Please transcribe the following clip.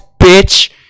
bitch